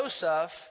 Joseph